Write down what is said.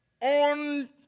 on